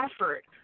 effort